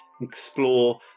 Explore